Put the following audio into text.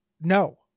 No